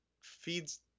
feeds